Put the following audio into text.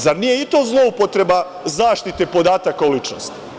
Zar nije i to zloupotreba zaštita podataka o ličnosti?